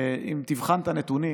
אם תבחן את הנתונים,